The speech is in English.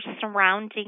surrounding